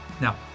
Now